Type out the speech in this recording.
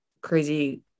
crazy